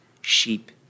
sheep